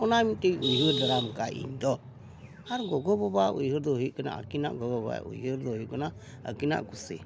ᱚᱱᱟ ᱢᱤᱫᱴᱤᱡ ᱩᱭᱦᱟᱹᱨ ᱫᱟᱨᱟᱢ ᱠᱟᱜ ᱟᱹᱧ ᱤᱧᱫᱚ ᱟᱨ ᱜᱚᱜᱚᱼᱵᱟᱵᱟᱣᱟᱜ ᱩᱭᱦᱟᱹᱨ ᱫᱚ ᱦᱩᱭᱩᱜ ᱠᱟᱱᱟ ᱟᱹᱠᱤᱱᱟᱜ ᱜᱚᱜᱚᱼᱵᱟᱵᱟᱣᱟᱜ ᱩᱭᱦᱟᱹᱨ ᱫᱚ ᱦᱩᱭᱩᱜ ᱠᱟᱱᱟ ᱟᱹᱠᱤᱱᱟᱜ ᱠᱩᱥᱤ